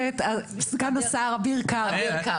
כוס מים לחבר הכנסת סגן השר אביר קארה.